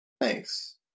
Thanks